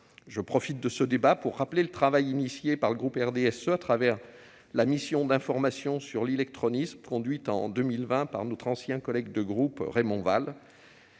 Je profite de ce débat pour rappeler le travail engagé par le RDSE au travers de la mission d'information sur l'illectronisme conduite en 2020 par notre ancien collègue du groupe Raymond Vall.